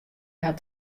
harren